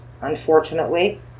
unfortunately